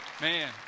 Man